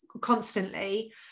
constantly